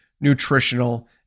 nutritional